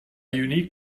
unique